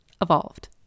Evolved